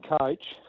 coach